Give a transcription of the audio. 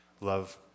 love